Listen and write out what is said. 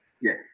Yes